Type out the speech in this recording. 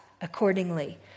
accordingly